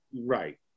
Right